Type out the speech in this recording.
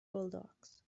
bulldogs